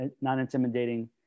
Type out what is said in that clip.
non-intimidating